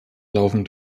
laufen